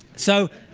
so,